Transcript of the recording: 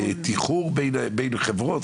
תמחור בין חברות?